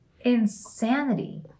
Insanity